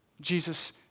Jesus